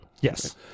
Yes